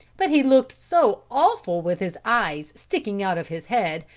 but he looked so awful with his eyes sticking out of his head,